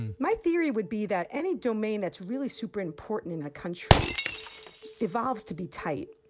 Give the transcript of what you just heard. my theory would be that any domain that's really super important in a country evolves to be tight.